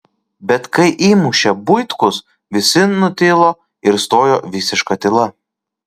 bet kai įmušė buitkus visi nutilo ir stojo visiška tyla